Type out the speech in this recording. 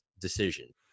decision